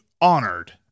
honored